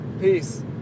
Peace